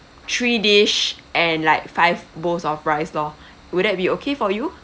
three dish and like five bowls of rice lor would that be okay for you